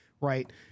Right